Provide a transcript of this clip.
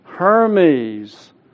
Hermes